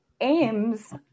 aims